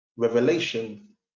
Revelation